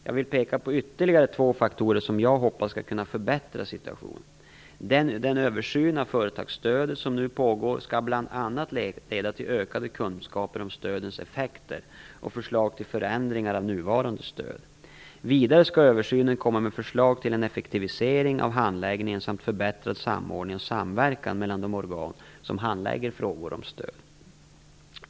Jag vill peka på ytterligare två faktorer som jag hoppas kan förbättra situationen. Den översyn av statliga företagsstöd som nu pågår skall bl.a. leda till ökade kunskaper om stödens effekter och förslag till förändringar av nuvarande stöd. Vidare skall översynen komma med förslag till en effektivisering av handläggningen samt förbättrad samordning och samverkan mellan de organ som handlägger frågor om stöd.